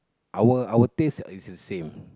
our our taste is the same